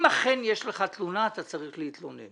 אם אכן יש לך תלונה אתה צריך להתלונן.